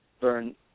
burn